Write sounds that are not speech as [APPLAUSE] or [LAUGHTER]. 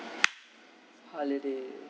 [NOISE] holiday